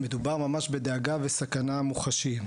מדובר ממש בדאגה ובסכנה מוחשיים.